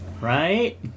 right